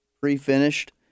pre-finished